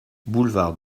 boulevard